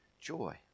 joy